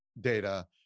data